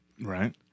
Right